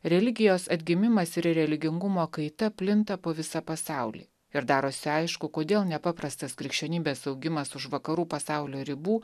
religijos atgimimas ir religingumo kaita plinta po visą pasaulį ir darosi aišku kodėl nepaprastas krikščionybės augimas už vakarų pasaulio ribų